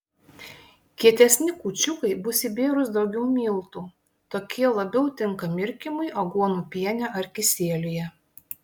kietesni kūčiukai bus įbėrus daugiau miltų tokie labiau tinka mirkymui aguonų piene ar kisieliuje